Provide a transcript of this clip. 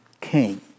king